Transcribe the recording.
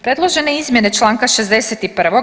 Predložene izmjene članka 61.